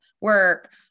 work